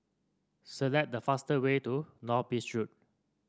select the fastest way to North Bridge Road